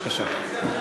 בבקשה.